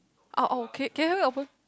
ah oh can can I have your phone